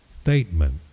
statement